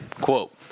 Quote